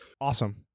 Awesome